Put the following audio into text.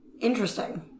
Interesting